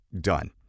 done